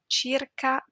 circa